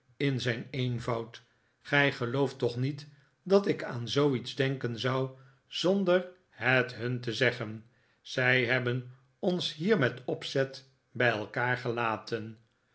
in zijii eenvoud gij gelooft toch niet dat ik aan zooiets denken zou zonder het hun te zeggen zij hebben ons hier met opzet bij elkaar gelaten